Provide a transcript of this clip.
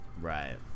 Right